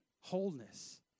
wholeness